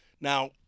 Now